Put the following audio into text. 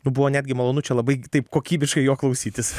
buvo netgi malonu čia labai taip kokybiškai jo klausytis